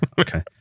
Okay